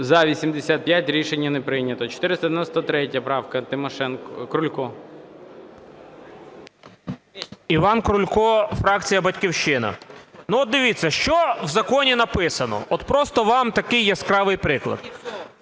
За-85 Рішення не прийнято. 493 правка, Тимошенко. Крулько. 13:40:06 КРУЛЬКО І.І. Іван Крулько, фракція "Батьківщина". Ну, от дивіться, що в законі написано, от просто вам такий яскравий приклад: